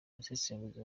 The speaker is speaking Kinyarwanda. abasesenguzi